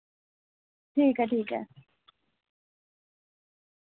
ठीक ऐ ठीक ऐ